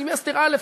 סמסטר א',